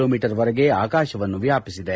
low metre ವರಗಿನ ಆಕಾಶವನ್ನು ವ್ಯಾಪಿಸಿದೆ